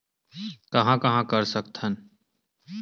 कहां कहां कर सकथन?